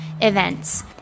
events